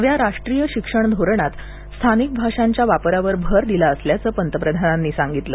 नव्या राष्ट्रीय शिक्षण धोरणात स्थानिक भाषांच्या वापरावर भर दिला असल्याचं पंतप्रधानांनी सांगितलं